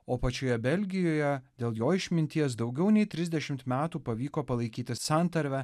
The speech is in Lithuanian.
o pačioje belgijoje dėl jo išminties daugiau nei trisdešimt metų pavyko palaikyti santarvę